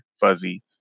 fuzzy